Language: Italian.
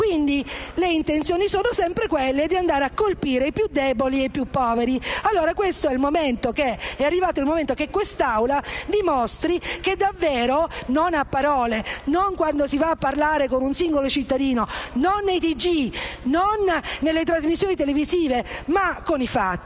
Quindi, le intenzioni sono sempre quelle di andare a colpire i più deboli e i più poveri. È dunque arrivato il momento che quest'Assemblea dimostri davvero - non a parole, non quando si va a parlare con un singolo cittadino, non nei TG, non nelle trasmissioni televisive, ma con i fatti